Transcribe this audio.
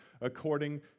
according